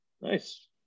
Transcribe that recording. Nice